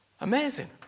amazing